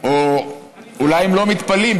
או אולי הם לא מתפלאים,